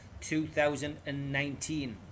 2019